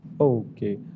Okay